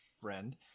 friend